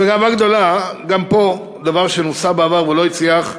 ובגאווה גדולה, גם פה דבר שנוסה בעבר ולא הצליח: